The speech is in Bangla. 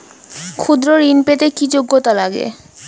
ক্ষুদ্র ঋণ পেতে কি যোগ্যতা লাগে?